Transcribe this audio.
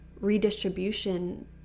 redistribution